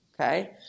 Okay